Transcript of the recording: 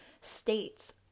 states